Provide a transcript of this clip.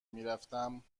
میرفتم